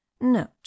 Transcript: note